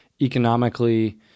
economically